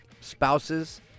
spouses